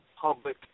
public